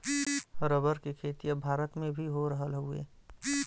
rubber के खेती अब भारत में भी हो रहल हउवे